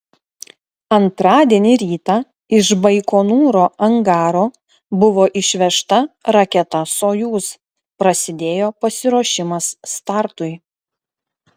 antradienį rytą iš baikonūro angaro buvo išvežta raketa sojuz prasidėjo pasiruošimas startui